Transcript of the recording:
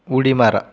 उडी मारा